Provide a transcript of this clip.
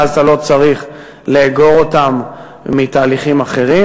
ואז אתה לא צריך לאגור אותם מתהליכים אחרים.